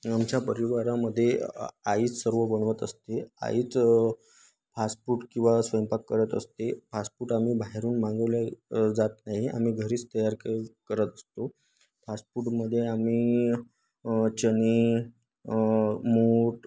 आमच्या परिवारामध्ये आईच सर्व बनवत असते आईच फास्ट फूड किंवा स्वयंपाक करत असते फास्ट फूड आम्ही बाहेरून मागवले जात नाही आम्ही घरीच तयार के करत असतो फास्ट फूडमध्ये आम्ही चणे मूट